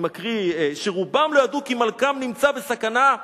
אני מקריא: "שרובם לא ידעו כי מלכם נמצא בסכנה,